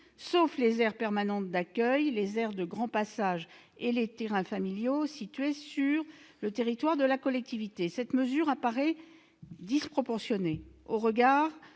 sauf les aires permanentes d'accueil, les aires de grand passage et les terrains familiaux situés sur le territoire de la collectivité. Cette mesure apparaît disproportionnée, au regard